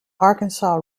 arkansas